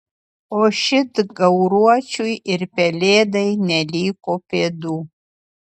o šit gauruočiui ir pelėdai neliko pėdų